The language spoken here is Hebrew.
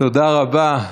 תודה רבה.